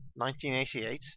1988